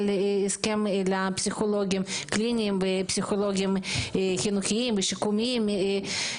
לפסיכולוגים קליניים ופסיכולוגים חינוכיים ושיקומיים,